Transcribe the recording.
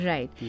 Right